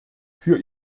für